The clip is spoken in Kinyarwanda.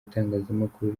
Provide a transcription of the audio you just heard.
itangazamakuru